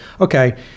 Okay